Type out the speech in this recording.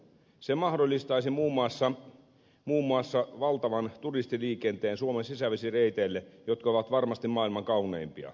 se mahdollistaisi muun muassa valtavan turistiliikenteen suomen sisävesireiteille jotka ovat varmasti maailman kauneimpia